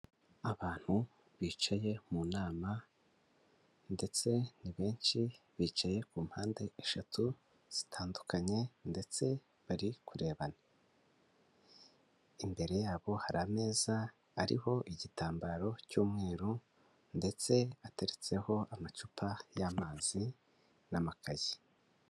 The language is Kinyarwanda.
Abantu bicaye mu nama ndetse ni benshi, bicaye ku mpande eshatu zitandukanye ndetse bari kurebana, imbere yabo hari ameza, ariho igitambaro cy'umweru ndetse ateretseho amacupa y'amazi n'amakayi.